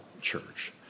Church